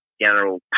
general